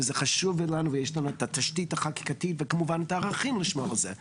וזה חשוב לנו ויש גם את התשתית החקיקתית וכמובן את הערכים בשלב הזה.